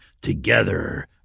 TOGETHER